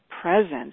presence